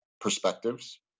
perspectives